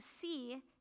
see